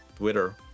Twitter